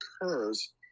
occurs